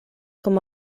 com